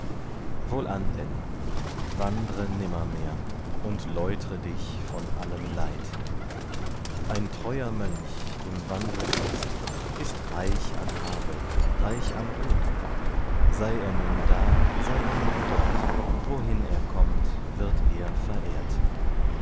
wohlan denn wandre nimmermehr und läutre dich von allem leid ein treuer mönch im wandel fest ist reich an habe reich an ruhm sei er nun da sei er nun dort wohin er kommt wird er verehrt